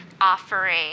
offering